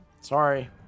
Sorry